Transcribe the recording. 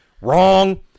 Wrong